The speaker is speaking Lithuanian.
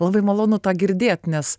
labai malonu tą girdėt nes